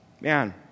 Man